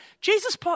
Jesus